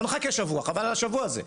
לא נחכה שבוע, חבל על השבוע הזה.